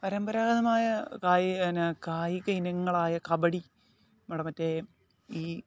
പരമ്പരാഗതമായ കായിക ഇനങ്ങളായ കബഡി നമ്മുടെ മറ്റേ ഈ